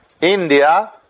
India